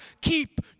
keep